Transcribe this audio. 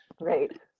right